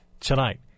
tonight